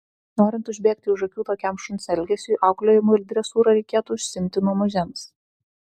norint užbėgti už akių tokiam šuns elgesiui auklėjimu ir dresūra reikėtų užsiimti nuo mažens